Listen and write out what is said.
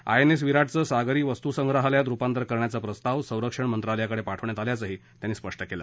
INS विराटचं सागरी वस्तूसंग्रहालयात रुपांतर करण्याचा प्रस्ताव संरक्षण मंत्रालयाकडे पाठवण्यात आल्याचं त्यांनी सांगितलं